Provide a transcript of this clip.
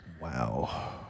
Wow